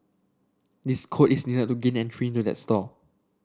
this code is needed to gain entry into the store